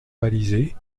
balisés